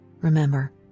remember